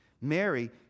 Mary